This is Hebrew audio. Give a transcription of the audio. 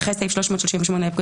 (2) בתקנת משנה (ג) אחרי "סעיף 338 לפקודת